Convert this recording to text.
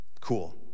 Cool